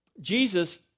Jesus